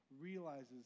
realizes